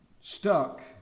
stuck